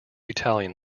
italian